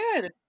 good